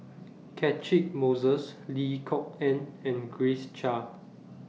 Catchick Moses Lim Kok Ann and Grace Chia